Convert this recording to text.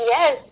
Yes